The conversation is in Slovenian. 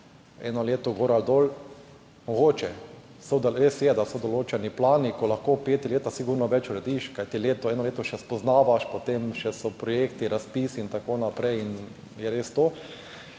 eno leto gor ali dol. Mogoče. Res je, da so določeni plani, ko lahko v petih letih sigurno več urediš, kajti eno leto še spoznavaš, potem so projekti, razpisi in tako naprej, in je to